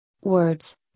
words